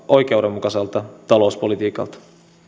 oikeudenmukaiselta talouspolitiikalta